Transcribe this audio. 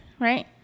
right